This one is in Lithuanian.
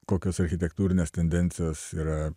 kokios architektūrinės tendencijos yra